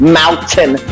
mountain